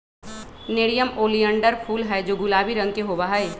nerium oleander फूल हैं जो गुलाबी रंग के होबा हई